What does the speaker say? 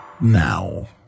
now